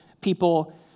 people